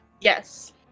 Yes